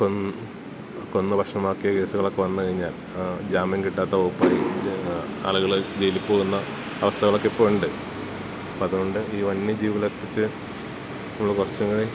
കൊന്ന് കൊന്ന് ഭക്ഷണമാക്കിയ കേസുകളൊക്കെ വന്ന് കഴിഞ്ഞാൽ ജാമ്യം കിട്ടാത്ത വകുപ്പായി ആളുകൾ ജെയ്ലി പോകുന്ന അവസ്ഥകളൊക്കെ ഇപ്പോൾ ഉണ്ട് അപ്പം അതുകൊണ്ട് ഈ വന്യജീവിളത്തിച്ച് ഉള്ള കുറച്ചും കൂടി